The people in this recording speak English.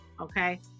Okay